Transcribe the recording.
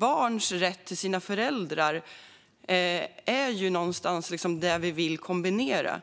Barns rätt till sina föräldrar är något vi vill kombinera med det.